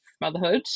motherhood